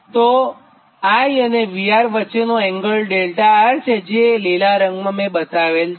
તો I અને VR વચ્ચેનો એંગલ 𝛿𝑅 છેજે લીલા રંગમાં બતાવેલ છે